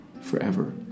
forever